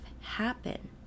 happen